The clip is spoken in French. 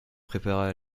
préparer